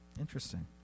Interesting